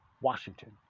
Washington